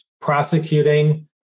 prosecuting